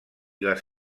les